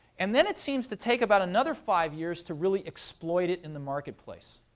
and then it seems to take about another five years to really exploit it in the marketplace.